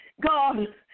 God